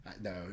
No